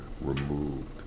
removed